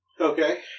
Okay